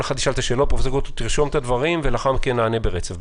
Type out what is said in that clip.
פרופ' גרוטו ירשום את הדברים ולאחר מכן יענה ברצף.